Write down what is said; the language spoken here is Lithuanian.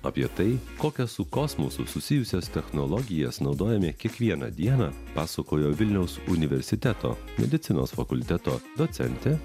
apie tai kokias su kosmosu susijusios technologijas naudojami kiekvieną dieną pasakojo vilniaus universiteto medicinos fakulteto docentė